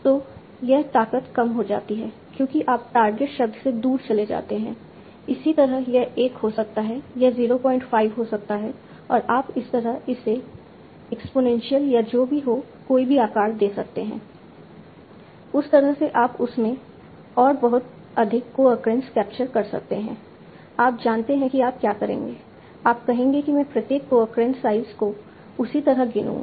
तो यह ताकत कम हो जाती है क्योंकि आप टारगेट शब्द से दूर चले जाते हैं इसी तरह यह एक हो सकता है यह 05 हो सकता है और आप इस तरह इसे एक्स्पोनेंशियल या जो भी हो कोई भी आकार दे सकते हैं उस तरह से आप उस में और बहुत अधिक कोअक्रेंस कैप्चर कर सकते हैं संदर्भ समय 1413 आप जानते हैं कि आप क्या करेंगे आप कहेंगे कि मैं प्रत्येक कोअक्रेंस साइज़ को उसी तरह गिनूंगा